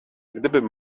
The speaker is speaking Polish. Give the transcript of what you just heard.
gdybym